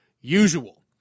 usual